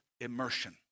immersion